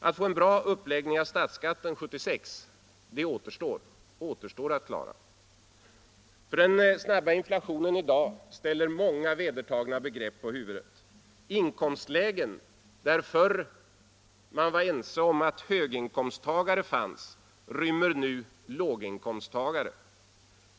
Att få en bra uppläggning av statsskatten 1976 är en uppgift som återstår att klara. Dagens snabba inflation ställer många vedertagna begrepp på huvudet. Inkomstlägen där förr man var ense om att ”höginkomsttagare” fanns rymmer nu ”låginkomsttagare”.